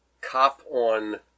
cop-on